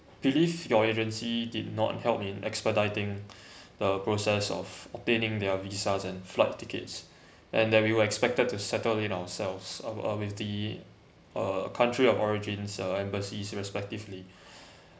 believe your agency did not help in expediting the process of obtaining their visas and flight tickets and that we were expected to settle in ourselves or with the uh country of origin or embassy respectively